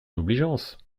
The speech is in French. obligeance